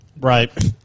Right